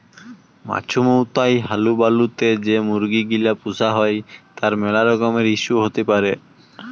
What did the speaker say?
মাছুমৌতাই হালুবালু তে যে মুরগি গিলা পুষা হই তার মেলা রকমের ইস্যু হতি পারে